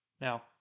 Now